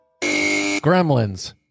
Gremlins